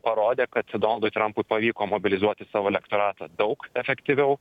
parodė kad su donaldu trampu pavyko mobilizuoti savo elektorato daug efektyviau